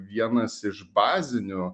vienas iš bazinių